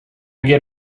get